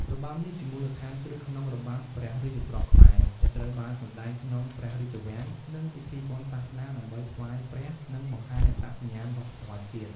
របាំនេះជាមូលដ្ឋានគ្រឹះក្នុងរបាំព្រះរាជទ្រព្យខ្មែរ ដែលត្រូវបានសម្តែងក្នុងព្រះរាជវាំង និងពិធីបុណ្យសាសនា ដើម្បីថ្វាយព្រះ និងបង្ហាញអត្តសញ្ញាណវប្បធម៌ជាតិ។